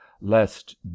lest